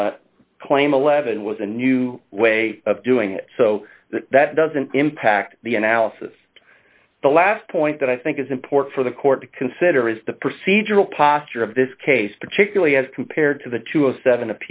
the claim eleven was a new way of doing it so that doesn't impact the analysis the last point that i think is important for the court to consider is the procedural posture of this case particularly as compared to the two of seven